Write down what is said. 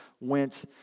went